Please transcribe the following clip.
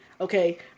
okay